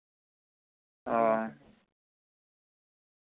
ᱚ